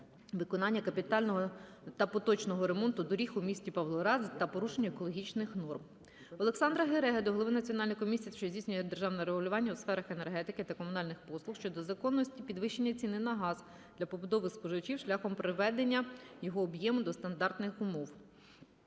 виконання капітального та поточного ремонту доріг у місті Павлоград та порушення екологічних норм. Олександра Гереги до голови Національної комісії, що здійснює державне регулювання у сферах енергетики та комунальних послуг щодо законності підвищення ціни на газ для побутових споживачів шляхом приведення його об'єму до стандартних умов.